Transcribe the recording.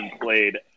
played